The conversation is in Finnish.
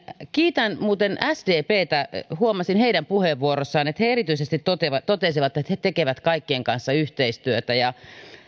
kiitän muuten sdptä huomasin heidän puheenvuorossaan että he erityisesti totesivat että he tekevät kaikkien kanssa yhteistyötä